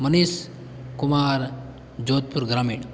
Manish Kumar Jodhpur Gramin